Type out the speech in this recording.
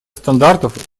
стандартов